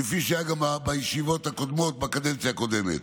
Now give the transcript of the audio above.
כפי שהיה גם בישיבות הקודמות בקדנציה הקודמת: